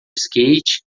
skate